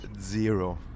zero